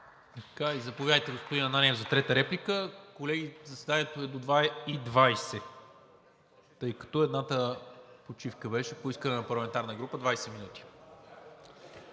Заповядайте, господин Ананиев, за трета реплика. Колеги, заседанието е до 14,20 часа, тъй като едната почивка беше по искане на парламентарна група – 20 минути.